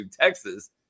Texas